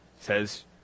says